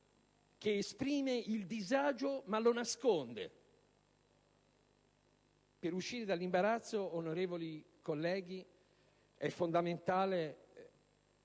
che esprime il disagio, ma lo nasconde. Per uscire dall'imbarazzo, onorevoli colleghi, è fondamentale